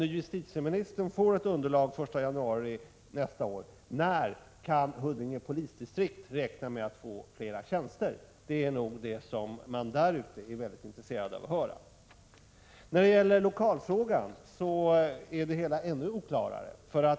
Om justitieministern får ett underlag den 1 januari nästa år, när kan Huddinge polisdistrikt räkna med att få fler tjänster? Det är nog det som man därute är väldigt intresserad av att höra. När det gäller lokalfrågan är det hela ännu oklarare.